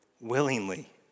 willingly